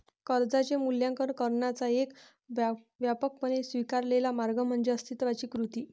कर्जाचे मूल्यांकन करण्याचा एक व्यापकपणे स्वीकारलेला मार्ग म्हणजे अस्तित्वाची कृती